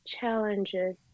challenges